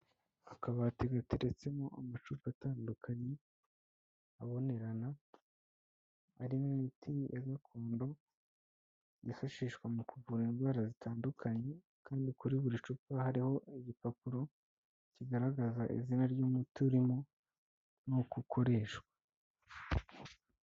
Akabati gateretsemo amacupa atandukanye abonerana, arimo imiti ya gakondo yifashishwa mu kuvura indwara zitandukanye, kandi kuri buri cupa hariho igipapuro kigaragaza izina ry'umuti urimo n'uko ukoreshwa.